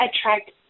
attract